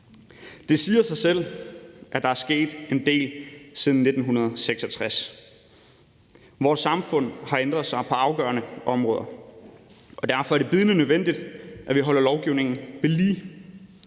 Det siger sig selv, at der er sket en del siden 1966. Vores samfund har ændret sig på afgørende områder, og derfor er det bydende nødvendigt, at vi holder lovgivningen ved lige.